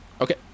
Okay